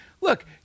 Look